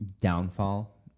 downfall